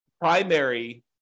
primary